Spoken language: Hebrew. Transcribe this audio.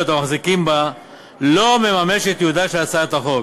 המחזיקים בה לא מממש את ייעודה של הצעת החוק,